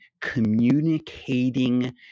communicating